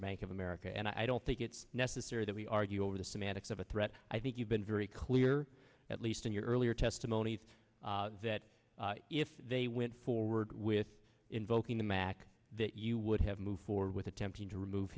bank of america and i don't think it's necessary that we argue over the semantics of a threat i think you've been very clear at least in your earlier testimony that if they went forward with invoking the mac that you would have moved forward with attempting to remove